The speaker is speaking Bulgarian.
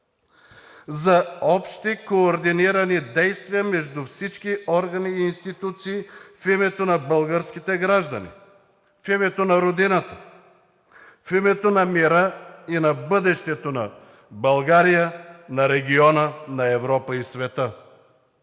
за общи координирани действия между всички органи и институции в името на българските граждани, в името на Родината, в името на мира и на бъдещето на България, на региона на Европа и света.